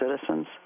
citizens